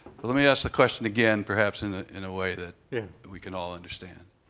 but let me ask the question again, perhaps in ah in a way that we can all understand.